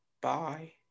bye